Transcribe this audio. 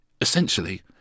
essentially